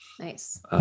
Nice